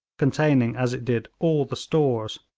containing as it did all the stores,